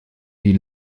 die